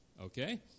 Okay